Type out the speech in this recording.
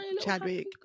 Chadwick